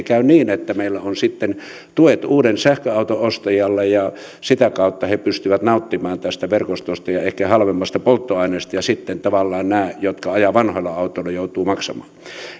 käy niin että meillä on tuet uuden sähköauton ostajalle jotka sitä kautta pystyvät nauttimaan tästä verkostosta ja ehkä halvemmasta polttoaineesta ja sitten tavallaan nämä jotka ajavat vanhoilla autoilla joutuvat maksamaan